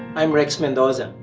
i'm rex mendoza.